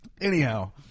Anyhow